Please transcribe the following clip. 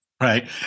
Right